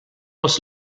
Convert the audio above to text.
was